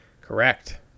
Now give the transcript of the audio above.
Correct